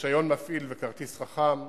רשיון מפעיל וכרטיס חכם,